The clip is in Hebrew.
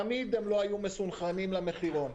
תמיד לא היו מסונכרנים למחירון.